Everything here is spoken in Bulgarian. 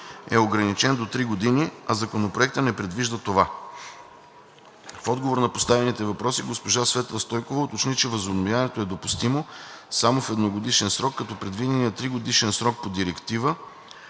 е ограничен до три години, а Законопроектът не предвижда това. В отговор на поставените въпроси госпожа Светла Стойкова уточни, че възобновяването е допустимо само в едногодишен срок, като предвиденият тригодишен срок по директива,